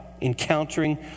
encountering